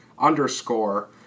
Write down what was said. underscore